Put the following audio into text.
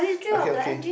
okay okay